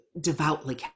devoutly